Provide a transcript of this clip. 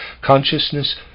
Consciousness